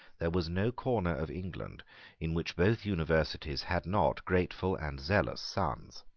there was no corner of england in which both universities had not grateful and zealous sons.